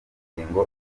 ingingo